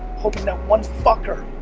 hoping that one fucker,